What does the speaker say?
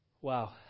Wow